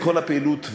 כל הפעילות,